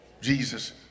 Jesus